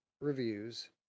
reviews